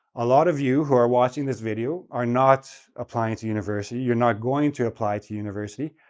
a lot of you who are watching this video are not applying to university, you're not going to apply to university,